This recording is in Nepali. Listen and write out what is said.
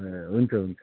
ए हुन्छ हुन्छ